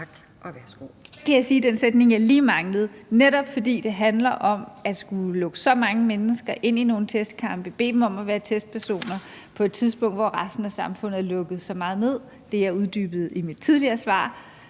Tak. Og værsgo.